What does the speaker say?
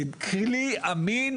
ככלי אמין,